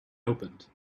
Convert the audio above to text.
opened